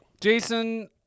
Jason